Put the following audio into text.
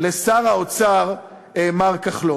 לשר האוצר מר כחלון,